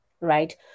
right